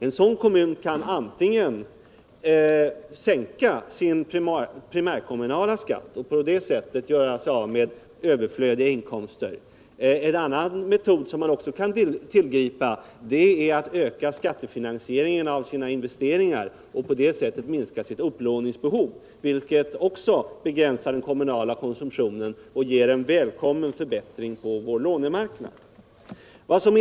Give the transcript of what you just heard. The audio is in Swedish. En sådan kommun kan sänka sin primärkommunala skatt och på det sättet göra sig av med överflödiga inkomster. En annan metod som man kan tillgripa är att öka skattefinansieringen av investeringarna och på det sättet minska sitt upplåningsbehov, vilket också begränsar den kommunala konsumtionen och ger en välkommen förbättring på vår lånemarknad.